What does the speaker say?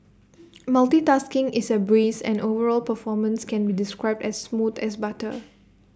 multitasking is A breeze and overall performance can be described as smooth as butter